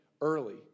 early